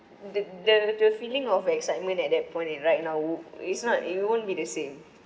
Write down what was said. the the the feeling of excitement at that point and right now it's not it won't be the same